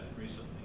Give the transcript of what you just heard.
recently